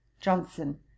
Johnson